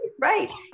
right